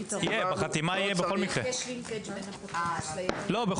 אנחנו נשמור על זה סימפל, לא צריך את הספח.